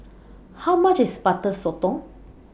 How much IS Butter Sotong